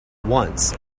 once